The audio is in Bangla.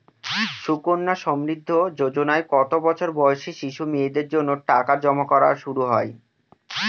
সুকন্যা সমৃদ্ধি যোজনায় কত বছর বয়সী শিশু মেয়েদের জন্য টাকা জমা করা শুরু হয়?